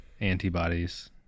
antibodies